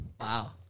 Wow